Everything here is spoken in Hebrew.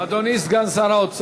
נגד מאיר כהן,